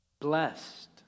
Blessed